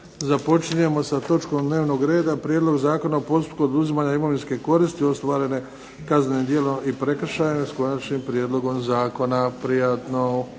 započinjemo sa točkom dnevnog reda Prijedlog Zakona o postupku oduzimanja imovinske koristi ostvarene kaznenim djelom i prekršajem s Konačnim prijedlogom zakona. Prijatno.